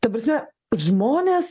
ta prasme žmonės